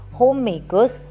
homemakers